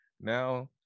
Now